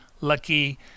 Lucky